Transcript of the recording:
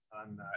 on